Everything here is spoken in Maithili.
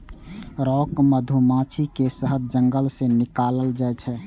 रॉक मधुमाछी के शहद जंगल सं निकालल जाइ छै